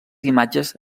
imatges